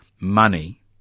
money